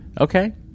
Okay